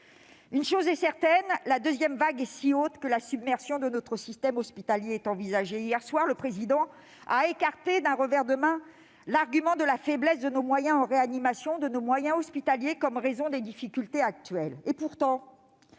Une chose est certaine, la deuxième vague est si haute que la submersion de notre système hospitalier est envisagée. Hier soir, le Président de la République a écarté d'un revers de main l'argument de la faiblesse de nos moyens en réanimation, de nos moyens hospitaliers, comme raison des difficultés actuelles.